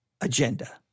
agenda